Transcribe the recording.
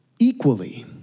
Equally